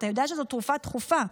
אתה יודע שזו תרופה דחופה.